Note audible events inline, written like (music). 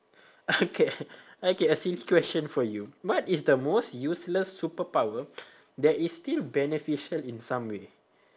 okay (laughs) okay a silly question for you what is the most useless superpower (breath) that is still beneficial in some way